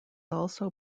also